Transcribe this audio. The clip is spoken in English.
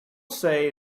say